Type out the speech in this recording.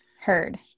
Heard